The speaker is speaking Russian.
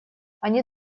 они